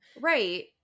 Right